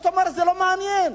זה לא מעניין.